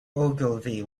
ogilvy